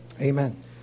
Amen